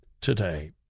today